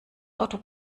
auto